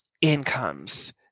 incomes